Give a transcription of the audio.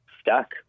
stuck